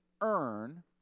earn